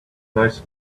nice